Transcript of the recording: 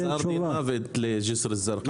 זה גזר דין מוות לג'סר א-זרקא.